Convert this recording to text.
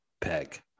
peg